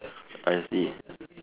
I see